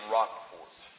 Rockport